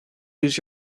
use